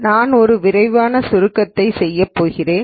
நான் ஒரு விரைவான சுருக்கத்தை செய்ய போகிறேன்